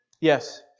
Yes